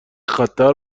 خطر